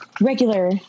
regular